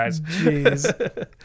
Jeez